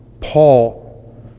Paul